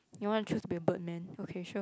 you want to choose be bird man okay sure